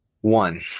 One